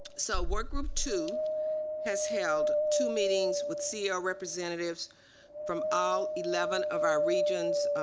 so work group two has held two meetings with ceo representatives from all eleven of our regions